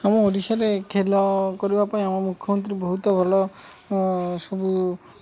ଆମ ଓଡ଼ିଶାରେ ଖେଳ କରିବା ପାଇଁ ଆମ ମୁଖ୍ୟମନ୍ତ୍ରୀ ବହୁତ ଭଲ ସବୁ